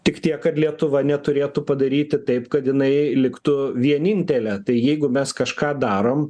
tik tiek kad lietuva neturėtų padaryti taip kad jinai liktų vienintelė tai jeigu mes kažką darom